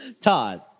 Todd